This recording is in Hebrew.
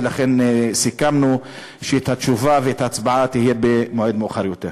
ולכן סיכמנו שהתשובה וההצבעה יהיו במועד מאוחר יותר.